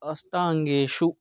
अष्टाङ्गेषु